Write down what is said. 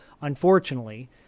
unfortunately